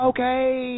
Okay